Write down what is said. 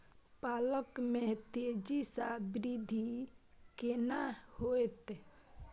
पालक में तेजी स वृद्धि केना होयत?